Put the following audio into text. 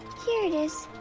here it is.